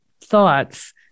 thoughts